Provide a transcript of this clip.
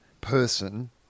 person